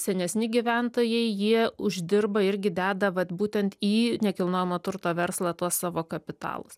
senesni gyventojai jie uždirba irgi deda vat būtent į nekilnojamo turto verslą tuos savo kapitalus